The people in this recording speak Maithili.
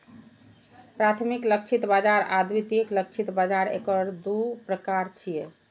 प्राथमिक लक्षित बाजार आ द्वितीयक लक्षित बाजार एकर दू प्रकार छियै